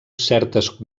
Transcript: certes